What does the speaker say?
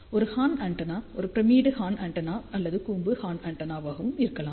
ஒரு horn antenna ஒரு pyramid horn antenna அல்லது கூம்பு ஹார்ன் ஆண்டெனாவாகவும் இருக்கலாம்